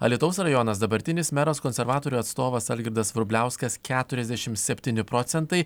alytaus rajonas dabartinis meras konservatorių atstovas algirdas vrubliauskas keturiasdešimt septyni procentai